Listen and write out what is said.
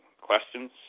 questions